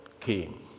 came